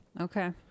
Okay